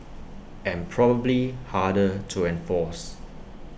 and probably harder to enforce